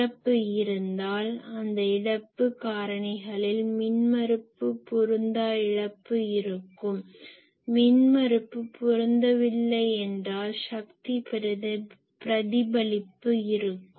இழப்பு இருந்தால் அந்த இழப்பு காரணிகளில் மின்மறுப்பு பொருந்தா இழப்பு இருக்கும் மின்மறுப்பு பொருந்தவில்லை என்றால் சக்தி பிரதிபலிப்பு இருக்கும்